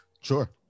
Sure